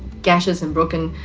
gashes and broken.